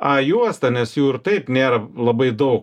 a juosta nes jų ir taip nėra labai dau